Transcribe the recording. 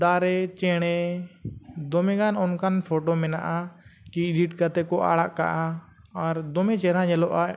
ᱫᱟᱨᱮ ᱪᱮᱬᱮ ᱫᱚᱢᱮᱜᱟᱱ ᱚᱱᱠᱟᱱ ᱯᱷᱳᱴᱳ ᱢᱮᱱᱟᱜᱼᱟ ᱠᱤ ᱤᱰᱤᱴ ᱠᱟᱛᱮᱫ ᱠᱚ ᱟᱲᱟᱜ ᱠᱟᱜᱼᱟ ᱟᱨ ᱫᱚᱢᱮ ᱪᱮᱦᱨᱟ ᱧᱮᱞᱚᱜᱼᱟ